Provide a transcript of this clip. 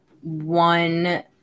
one